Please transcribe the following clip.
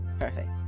Perfect